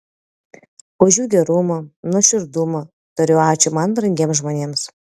už jų gerumą nuoširdumą tariu ačiū man brangiems žmonėms